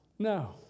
no